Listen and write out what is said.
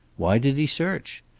why did he search?